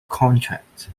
contract